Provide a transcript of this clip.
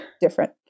different